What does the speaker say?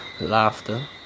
laughter